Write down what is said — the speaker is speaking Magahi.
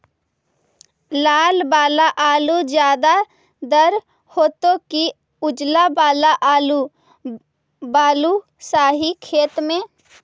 लाल वाला आलू ज्यादा दर होतै कि उजला वाला आलू बालुसाही खेत में?